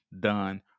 done